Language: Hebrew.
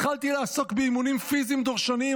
התחלתי לעסוק באימונים פיזיים דורשניים,